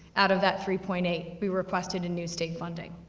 out of that three point eight we requested in new state funding.